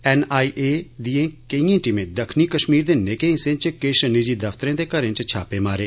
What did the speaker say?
NIA दिएं केइयें टीमें दक्खनी कश्मीर दे नेकें हिस्सें च किश निजी दफ्तरें ते घरें च छापे मारे